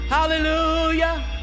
Hallelujah